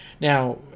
Now